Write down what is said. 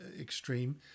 extreme